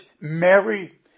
Mary